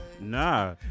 Nah